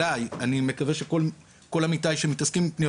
אני מקווה שכל עמיתיי שמתעסקים בפניות